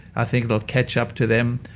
i think it will catch up to them.